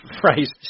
phrase